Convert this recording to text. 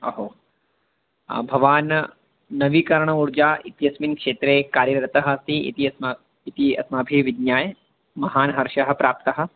अहो भवान् नवीकरण ऊर्जा इत्यस्मिन् क्षेत्रे कार्यरतः अस्ति इति अस्मा इति अस्माभिः विज्ञाय महान् हर्षः प्राप्तः